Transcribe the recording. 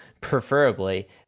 preferably